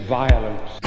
violence